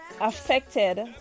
affected